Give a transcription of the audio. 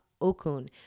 Okun